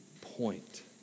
point